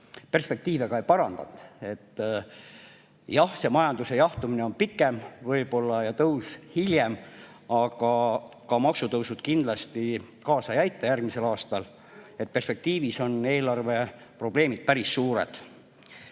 perspektiive eriti ei parandanud. Jah, see majanduse jahtumine on võib-olla pikem ja tõus hiljem, aga ka maksutõusud kindlasti kaasa ei aita järgmisel aastal, perspektiivis on eelarveprobleemid päris suured.